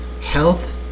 Health